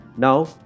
Now